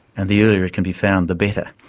and the earlier it can be found, the better.